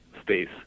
space